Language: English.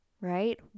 right